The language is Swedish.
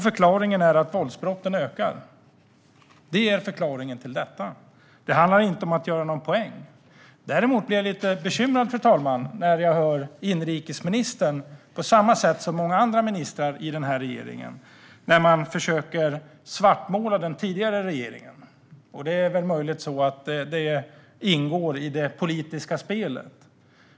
Förklaringen är att våldsbrotten ökar. Det handlar inte om att göra någon poäng. Däremot blir jag lite bekymrad, fru ålderspresident, när jag hör hur inrikesministern, på samma sätt som många andra ministrar i regeringen, försöker svartmåla den tidigare regeringen. Det är möjligt att det ingår i det politiska spelet.